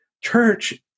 Church